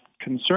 concern